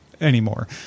anymore